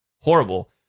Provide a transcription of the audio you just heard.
horrible